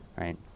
right